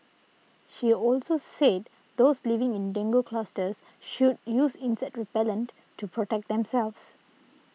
she also said those living in dengue clusters should use insect repellent to protect themselves